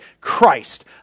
Christ